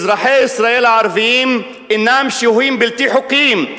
אזרחי ישראל הערבים אינם שוהים בלתי חוקיים.